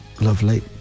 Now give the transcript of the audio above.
lovely